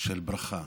של ברכה,